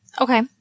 Okay